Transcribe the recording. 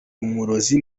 umurozi